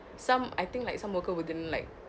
some I think like some worker who didn't like